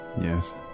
Yes